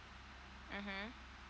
mmhmm